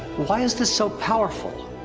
why is this so powerful?